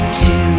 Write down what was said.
two